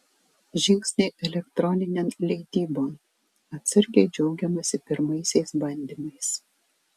žingsniai elektroninėn leidybon atsargiai džiaugiamasi pirmaisiais bandymais